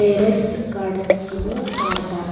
terrace gardening ನು ಮಾಡ್ತಾರ